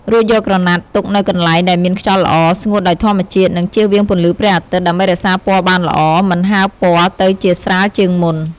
រួចយកក្រណាត់ទុកនៅកន្លែងដែលមានខ្យល់ល្អ ស្ងួតដោយធម្មជាតិ និងជៀសវាងពន្លឺព្រះអាទិត្យ ដើម្បីរក្សាពណ៌បានល្អ មិនហើរពណ៌ទៅជាស្រាលជាងមុន។